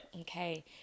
Okay